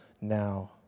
now